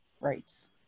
rights